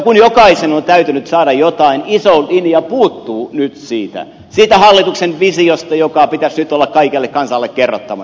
kun jokaisen on täytynyt saada jotain iso linja puuttuu nyt siitä hallituksen visiosta jonka pitäisi nyt olla kaikelle kansalle kerrottavana